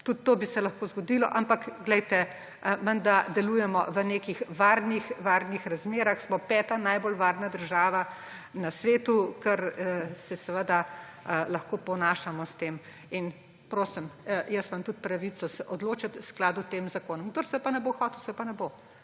Tudi to bi se lahko zgodilo, ampak menda delujemo v nekih varnih razmerah, smo peta najbolj varna država na svetu, s čimer se seveda lahko ponašamo. In prosim, jaz imam tudi pravico se odločati v skladu s tem zakonom. Kdor se pa ne bo hotel, se pa ne bo.